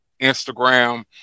Instagram